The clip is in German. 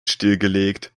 stillgelegt